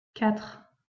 quatre